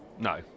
No